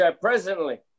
Presently